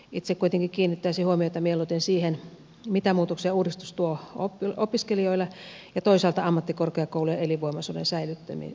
itse kuitenkin kiinnittäisin huomiota mieluiten siihen mitä muutoksia uudistus tuo opiskelijoille ja toisaalta ammattikorkeakoulujen elinvoimaisuuden säilyttämiseen